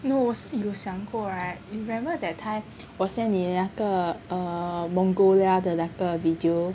no 我有想过 right you remember that time 我 send 你那个 err Mongolia 的那个 video